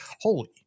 Holy